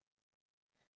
iya